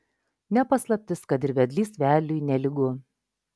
ne paslaptis kad ir vedlys vedliui nelygu